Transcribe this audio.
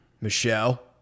Michelle